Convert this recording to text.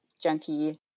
junkie